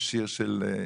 יש שיר של,